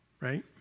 right